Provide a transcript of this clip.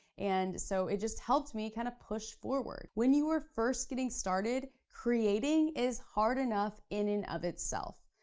and so it just helped me kind of push forward. when you are first getting started, creating is hard enough in and of itself.